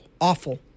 awful